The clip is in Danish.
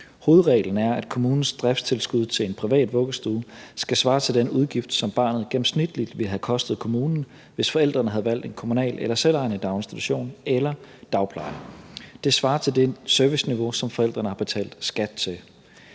Hovedreglen er, at kommunens driftstilskud til en privat vuggestue skal svare til den udgift, som barnet gennemsnitligt ville have kostet kommunen, hvis forældrene havde valgt en kommunal eller selvejende daginstitution eller dagpleje. Det svarer til det serviceniveau, som forældrene har betalt skat til.